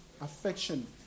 affection